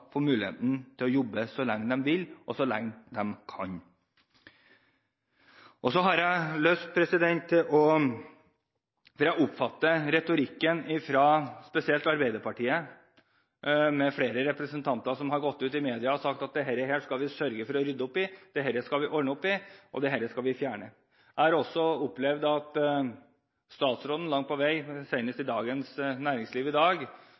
få muligheten til å jobbe så lenge de vil og så lenge de kan. Jeg oppfatter at det er en retorikk fra spesielt Arbeiderpartiet, der flere representanter har gått ut i media og sagt: Dette skal vi sørge for å rydde opp i, dette skal vi ordne opp i, og dette skal vi fjerne. Jeg opplever også at statsråden langt på vei, senest i Dagens Næringsliv i dag,